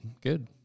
Good